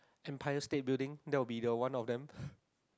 Empire State building that will be the one of them